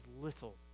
little